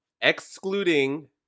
Excluding